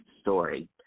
story